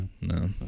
No